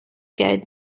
geld